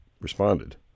responded